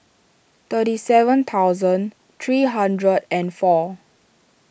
thirty seven thousand three hundred and four